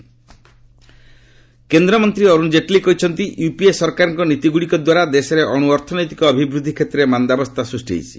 ଜେଟଲୀ କେନ୍ଦ୍ରମନ୍ତ୍ରୀ ଅରୁଣ ଜେଟଲୀ କହିଛନ୍ତି ୟୁପିଏ ସରକାରଙ୍କ ନୀତିଗୁଡ଼ିକ ଦ୍ୱାରା ଦେଶରେ ଅଣୁ ଅର୍ଥନୈତିକ ଅଭିବୃଦ୍ଧି କ୍ଷେତ୍ରରେ ମାନ୍ଦାବସ୍ଥା ସୃଷ୍ଟି ହୋଇଛି